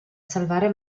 salvare